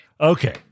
Okay